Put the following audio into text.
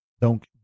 donc